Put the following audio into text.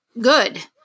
good